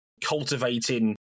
cultivating